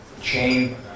chain